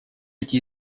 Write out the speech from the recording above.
эти